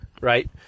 right